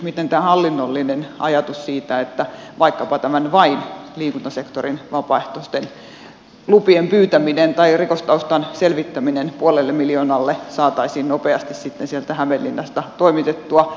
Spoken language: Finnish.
miten hallinnollisesti vaikkapa vain tämän liikuntasektorin vapaaehtoisten lupien pyytäminen tai rikostaustan selvittäminen puolelle miljoonalle saataisiin nopeasti sitten sieltä hämeenlinnasta toimitettua